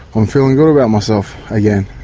i'm feeling good about myself again.